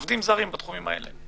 עובדים זרים בתחומים האלה.